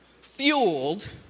fueled